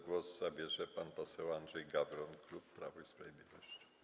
Głos zabierze pan poseł Andrzej Gawron, klub Prawo i Sprawiedliwość.